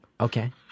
Okay